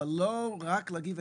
אבל לא רק להגיד,